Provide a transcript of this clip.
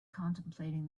contemplating